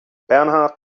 bernhard